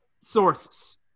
sources